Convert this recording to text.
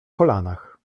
kolanach